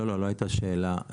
לא, לא הייתה שאלה.